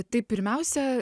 tai pirmiausia